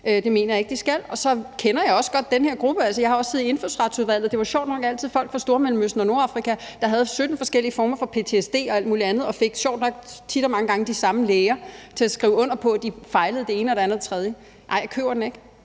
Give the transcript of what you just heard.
Det mener jeg ikke de skal. Så kender jeg også godt den her gruppe. Altså, jeg har også siddet i Indfødsretsudvalget. Det var sjovt nok altid folk fra Stormellemøsten og Nordafrika, der havde 17 forskellige former for ptsd og alt muligt andet, og de fik sjovt nok tit og mange gange de samme læger til at skrive under på, at de fejlede det ene og det andet og det tredje. Nej, jeg køber den ikke.